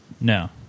no